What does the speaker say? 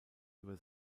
über